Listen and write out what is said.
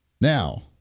Now